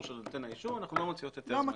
של נותן האישור הן לא מוציאות את היתר.